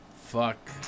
Fuck